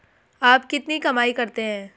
आप कितनी कमाई करते हैं?